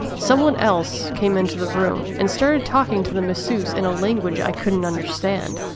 someone else came into the room and started talking to the masseuse in a language i couldn't understand.